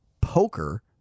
Poker